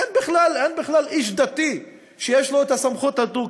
אין בכלל איש דתי שיש לו הסמכות הזו,